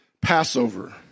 Passover